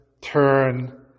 turn